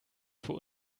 für